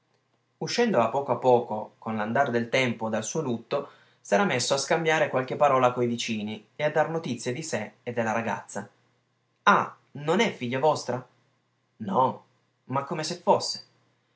uscendo a poco a poco con l'andar del tempo dal suo lutto s'era messo a scambiare qualche parola coi vicini e a dar notizie di sé e della ragazza ah non è figlia vostra no ma come se fosse